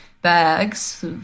bags